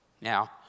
Now